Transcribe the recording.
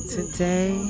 Today